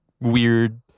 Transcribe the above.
weird